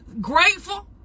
grateful